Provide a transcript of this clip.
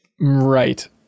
Right